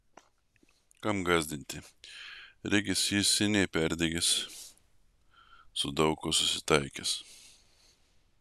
kam gąsdinti regis jis seniai perdegęs su daug kuo susitaikęs